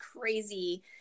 crazy